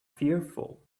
fearful